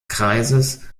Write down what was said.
kreises